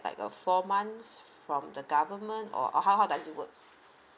like a four months from the government or how how does it work